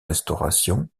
restauration